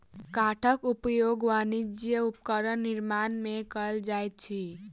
काठक उपयोग वाणिज्यक उपकरण निर्माण में कयल जाइत अछि